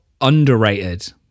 underrated